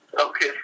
Okay